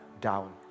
down